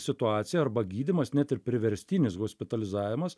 situacija arba gydymas net ir priverstinis hospitalizavimas